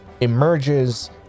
emerges